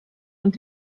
und